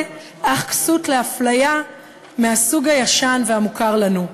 אך כסות לאפליה מהסוג הישן והמוכר לנו,